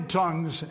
tongues